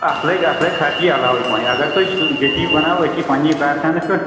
اَتھ لگہِ اَتھ لگہِ خرچی علاوٕے پَہنۍ اگر تُہۍ ییٚتی بناوو أسی ییٚتی پَنٕنی کارخانس پٮ۪ٹھ